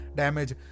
damage